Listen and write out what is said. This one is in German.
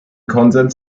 konsens